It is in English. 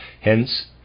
Hence